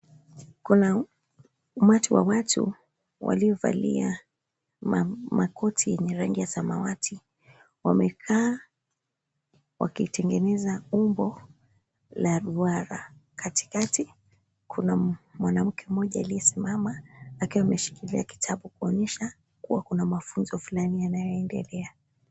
Kuna umati wa watu waliovalia makoti yenye rangi ya samawati. Wamekaa wakitengeneza umbo la duara. Katikati kuna mwanamke mmoja aliyesimama akiwa ameshikilia kitabu kuonyesha kuwa kuna mafunzo fulani yanayoendelea.